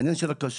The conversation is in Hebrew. העניין של הכשרות,